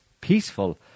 peaceful